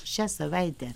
šią savaitę